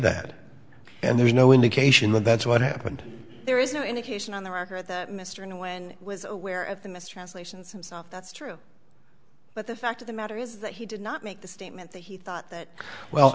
that and there's no indication that that's what happened there is no indication on the record that mr know when was aware of the mistranslations himself that's true but the fact of the matter is that he did not make the statement that he thought that well